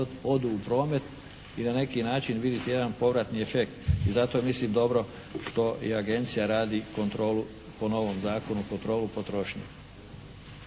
odu u promet. I na neki način vidite jedan povratni efekt. I zato mislim dobro što i Agencija radi kontrolu po novom zakonu, kontrolu potrošnje.